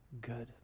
good